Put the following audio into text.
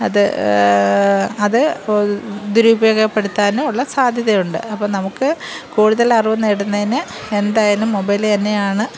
അത് അത് ദുരുപയോഗപ്പെടുത്താനും ഉള്ള സാധ്യതയുണ്ട് അപ്പോൾ നമുക്ക് കൂടുതൽ അറിവ് നേടുന്നതിന് എന്തായാലും മൊബൈല് തന്നെയാണ്